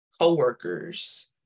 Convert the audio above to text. co-workers